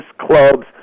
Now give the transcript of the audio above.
clubs